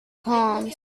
palms